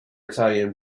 italian